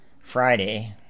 Friday